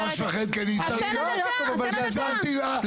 אני ממש מפחד, כי אני הצעתי לה ג'וב בדגל התורה.